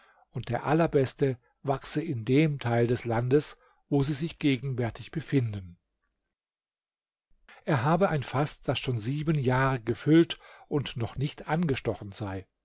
und der allerbeste wachse in dem teil des landes wo sie sich gegenwärtig befinden er habe ein faß das schon sieben jahre gefüllt und noch nicht angestochen sei